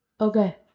Okay